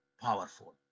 powerful